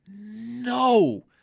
no